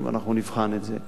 ואנחנו נבחן את זה.